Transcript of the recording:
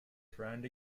friend